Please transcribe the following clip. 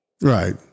Right